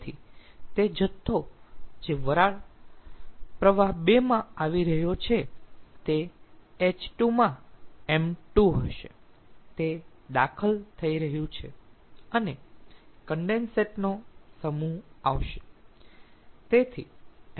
તેથી તે જથ્થો જે વરાળ પ્રવાહ 2 માં આવી રહ્યો છે તે h2 માં ṁ2 હશે તે દાખલ થઈ રહ્યું છે અને કન્ડેન્સેટ નો સમૂહ આવશે